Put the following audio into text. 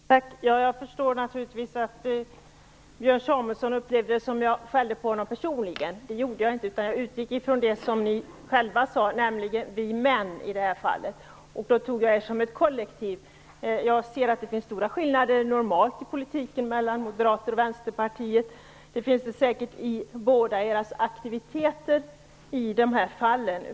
Herr talman! Jag förstår att Björn Samuelson upplevde att jag skällde på honom personligen. Det gjorde jag inte, utan jag utgick ifrån det som ni själva sade, nämligen "vi män", och det tog jag som ett kollektiv. Jag ser att det normalt finns stora skillnader i politiken mellan moderater och vänsterpartister, och det finns säkert i bådas aktiviteter i de här fallen.